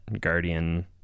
guardian